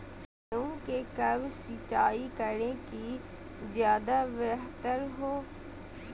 गेंहू को कब सिंचाई करे कि ज्यादा व्यहतर हो?